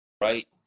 right